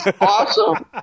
awesome